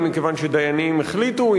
אם מכיוון שדיינים החליטו,